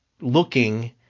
looking